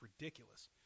ridiculous